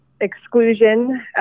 exclusion